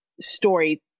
story